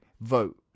vote